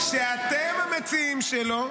שאתם המציעים שלו,